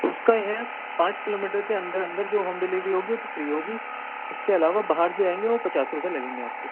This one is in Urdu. اُس کا یہ ہے پانچ کلو میٹر کے اندر اندر جو ہوم ڈیلیوری ہوگی وہ تو فری ہوگی اُس کے علاوہ باہر جو آٮٔیں گے وہ پچاس روپے لگیں گے آپ کے